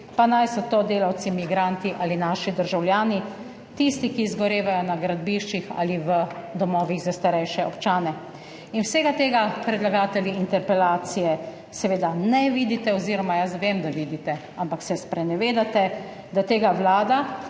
pa naj so to delavci migranti ali naši državljani, tisti, ki izgorevajo na gradbiščih ali v domovih za starejše občane. Vsega tega predlagatelji interpelacije seveda ne vidite oziroma jaz vem, da vidite, ampak se sprenevedate, da tega vlada,